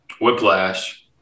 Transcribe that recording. Whiplash